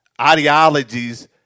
ideologies